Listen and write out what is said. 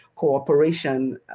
cooperation